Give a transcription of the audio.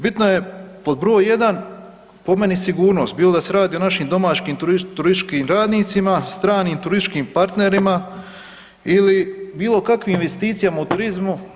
Bitno je pod broj jedan po meni sigurnost bilo da se radi o našim domaćim turističkim radnicima, stranim turističkim partnerima ili bilo kakvim investicijama u turizmu.